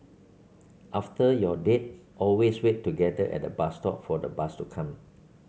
after your date always wait together at the bus stop for the bus to come